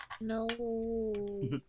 No